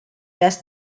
does